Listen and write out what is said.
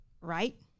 right